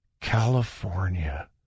California